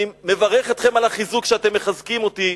אני מברך אתכם על החיזוק שאתם מחזקים אותי,